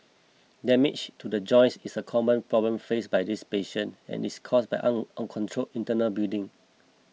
damage to the joints is a common problem faced by these patients and is caused by uncontrolled internal bleeding